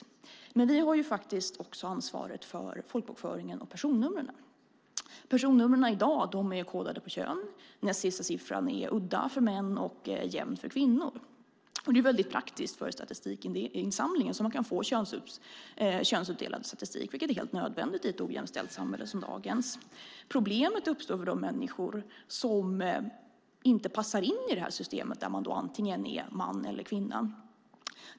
Vi har också ansvaret för folkbokföringen och personnumren. Personnumren är i dag kodade på kön; den näst sista siffran är udda för män och jämn för kvinnor. Det är praktiskt för statistikinsamlingen så att man kan få könsuppdelad statistik, vilket är helt nödvändigt i ett ojämställt samhälle som dagens. Problemet uppstår när det handlar om människor som inte passar in i detta system där man är antingen man eller kvinna.